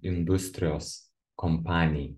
industrijos kompanijai